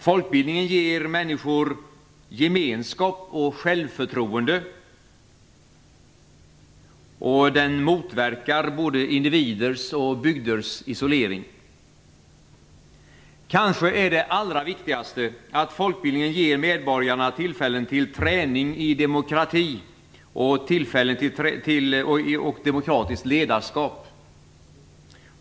Folkbildningen ger människor gemenskap och självförtroende, och den motverkar både individers och bygders isolering. Kanske är det allra viktigaste att folkbildningen ger medborgarna tillfällen till träning i demokrati och i demokratiskt ledarskap.